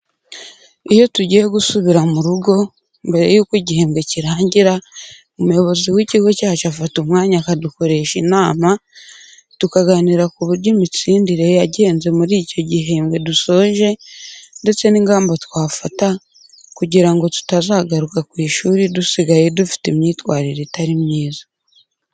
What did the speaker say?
Iyo tugiye gusubira mu rugo, mbere yuko igihembwe kirangira, umuyobozi w'ikigo cyacu afata umwanya akadukoresha inama, tukaganira ku buryo imitsindire yagenze muri icyo gihembwe dusoje ndetse n'ingamba twafata kugira ngo tutazagaruka ku ishuri dusigaye dufite imyitwarire itari myiza.